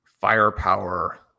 firepower